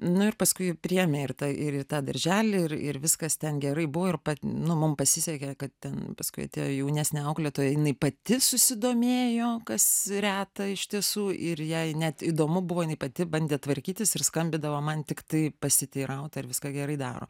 nu ir paskui priėmė ir tą ir į tą darželį ir ir viskas ten gerai buvo ir pa nu mum pasisekė kad ten paskui atėjo jaunesnė auklėtoja jinai pati susidomėjo kas reta iš tiesų ir jai net įdomu buvo jinai pati bandė tvarkytis ir skambindavo man tiktai pasiteirauti ar viską gerai daro